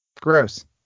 Gross